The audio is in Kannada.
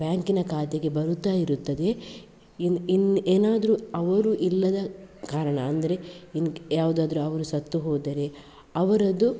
ಬ್ಯಾಂಕಿನ ಖಾತೆಗೆ ಬರುತ್ತಾ ಇರುತ್ತದೆ ಇನ್ನು ಇನ್ನು ಏನಾದರು ಅವರು ಇಲ್ಲದ ಕಾರಣ ಅಂದರೆ ಇನ್ನು ಯಾವುದಾದ್ರು ಅವರು ಸತ್ತುಹೋದರೆ ಅವರದ್ದು